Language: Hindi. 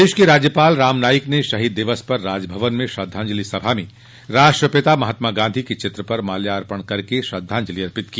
प्रदेश के राज्यपाल राम नाईक ने शहीद दिवस पर राजभवन में श्रद्वाजंलि सभा में राष्ट्रपिता महात्मा गांधी के चित्र पर माल्यार्पण कर श्रद्धाजंलि अर्पित की